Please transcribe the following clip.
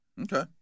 Okay